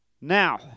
Now